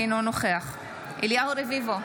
אינו נוכח אליהו רביבו,